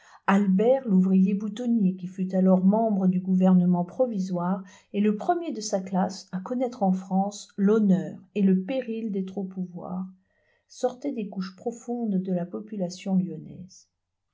albert l'ouvrier boutonnier qui fut alors membre du gouvernement provisoire et le premier de sa classe à connaître en france l'honneur et le péril d'être au pouvoir sortait des couches profondes de la population lyonnaise